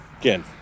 Again